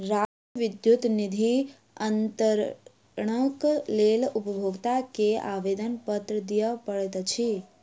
राष्ट्रीय विद्युत निधि अन्तरणक लेल उपभोगता के आवेदनपत्र दिअ पड़ैत अछि